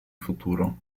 futuro